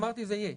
אמרתי, זה יהיה.